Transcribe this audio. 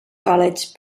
college